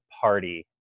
party